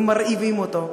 אם מרעיבים אותו,